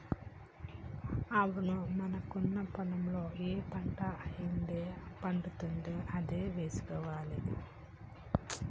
అవును మనకున్న పొలంలో ఏ పంట అయితే పండుతుందో అదే వేసుకోవాలి